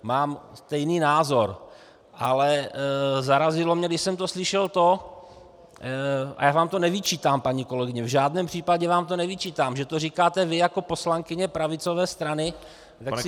Mám stejný názor, ale zarazilo mě, když jsem to slyšel, to já vám to nevyčítám, paní kolegyně, v žádném případě vám to nevyčítám, že to říkáte vy jako poslankyně pravicové strany, tak si říkám